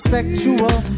Sexual